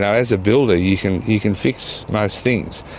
as a builder you can you can fix most things,